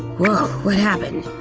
woah, what happened?